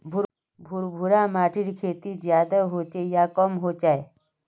भुर भुरा माटिर खेती ज्यादा होचे या कम होचए?